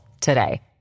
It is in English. today